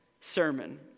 sermon